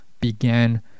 began